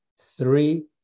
three